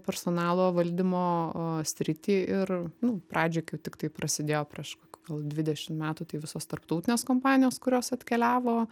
personalo valdymo sritį ir nu pradžioj kaip tik tai prasidėjo prieš kokius gal dvidešimt metų tai visos tarptautinės kompanijos kurios atkeliavo